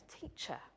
teacher